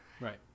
Right